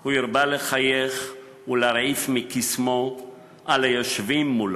הוא הרבה לחייך ולהרעיף מקסמו על היושבים עמו.